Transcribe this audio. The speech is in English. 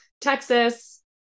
Texas